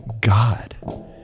God